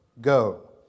go